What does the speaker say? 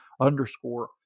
underscore